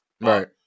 Right